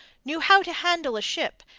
knew how to handle a ship,